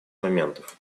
моментов